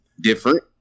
different